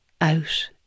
out